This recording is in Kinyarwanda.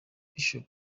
bishop